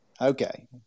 Okay